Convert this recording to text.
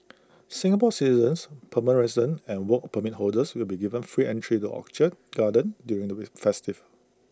Singapore citizens permanent residents and Work Permit holders will be given free entry to the orchid garden during the festival